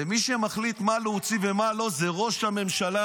מי שמחליט מה להוציא ומה לא זה ראש הממשלה,